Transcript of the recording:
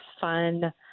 fun